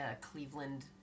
Cleveland